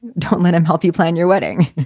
don't let him help you plan your wedding.